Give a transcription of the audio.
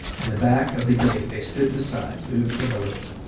and the back of the gig they stood beside moved in a little.